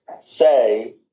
Say